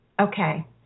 okay